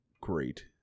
great